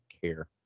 care